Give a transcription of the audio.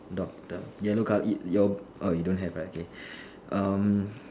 doctor yellow colour y~ your oh you don't have right okay um